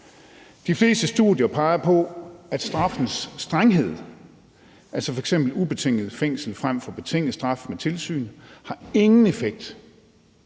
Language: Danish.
De fleste studier peger på, at straffens strenghed, altså f.eks. ubetinget fængsel frem for betinget straf med tilsyn, ingen effekt